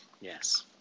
Yes